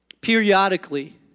periodically